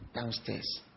downstairs